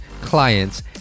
clients